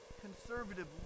conservative